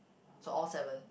so all seven